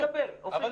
אתה תקבל, אופיר.